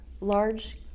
large